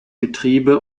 getriebe